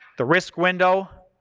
the risk window,